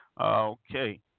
Okay